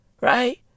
right